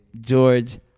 george